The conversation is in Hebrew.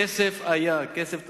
כסף היה, כסף תוקצב.